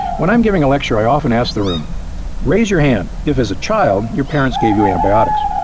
when i'm giving a lecture i often ask the room raise your hand if as a child your parents gave you antibiotics.